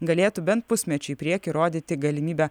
galėtų bent pusmečiui į priekį rodyti galimybę